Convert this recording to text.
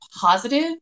positive